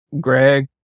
Greg